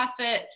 CrossFit